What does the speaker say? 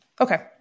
Okay